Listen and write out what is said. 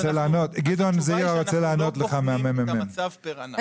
התשובה היא שאנחנו לא בוחנים את המצב פר ענף.